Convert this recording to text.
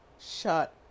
shut